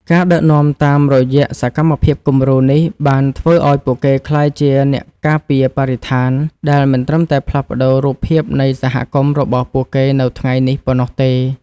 ការដឹកនាំតាមរយៈសកម្មភាពគំរូនេះ បានធ្វើឱ្យពួកគេក្លាយជា អ្នកការពារបរិស្ថាន ដែលមិនត្រឹមតែផ្លាស់ប្តូររូបភាពនៃសហគមន៍របស់ពួកគេនៅថ្ងៃនេះប៉ុណ្ណោះទេ។